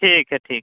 ठीक है ठीक